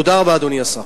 תודה רבה, אדוני השר.